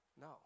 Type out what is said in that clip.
No